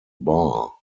bar